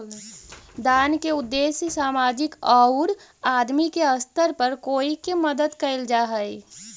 दान के उद्देश्य सामाजिक औउर आदमी के स्तर पर कोई के मदद कईल जा हई